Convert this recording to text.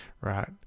right